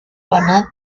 banat